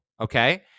okay